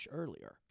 earlier